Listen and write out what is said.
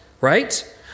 Right